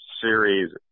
series